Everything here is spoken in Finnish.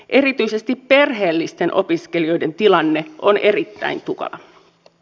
erityisesti perheellisten opiskelijoiden tilanne on erittäin tukala